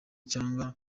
cyangwa